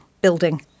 building